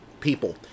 people